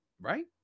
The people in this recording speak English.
right